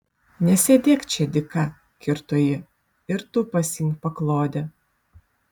nesėdėk čia dyka kirto ji ir tu pasiimk paklodę